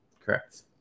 Correct